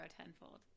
tenfold